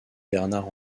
bernard